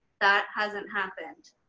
that hasn't happened.